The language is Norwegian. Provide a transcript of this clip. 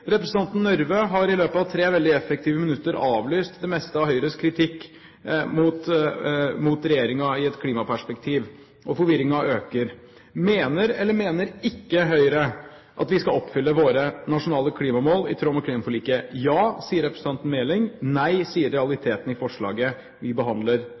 Representanten Røbekk Nørve har i løpet av tre veldig effektive minutter avlyst det meste av Høyres kritikk mot regjeringen i et klimaperspektiv, og forvirringen øker. Mener eller mener ikke Høyre at vi skal oppfylle våre nasjonale klimamål i tråd med klimaforliket? Ja, sier representanten Meling. Nei, sier realiteten i forslaget vi behandler